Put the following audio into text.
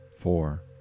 four